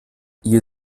ihr